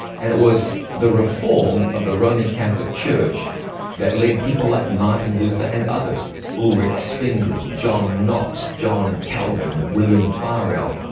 and it was the reform of the roman catholic church that led people like martin luther and others ulrich zwingli, john knox, john calvin, william farel,